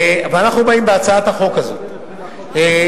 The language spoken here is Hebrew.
אנחנו באים בהצעת החוק הזאת למנוע